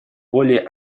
более